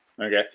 Okay